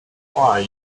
why